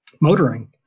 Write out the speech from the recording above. motoring